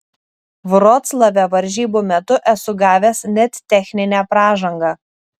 vroclave varžybų metu esu gavęs net techninę pražangą